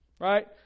right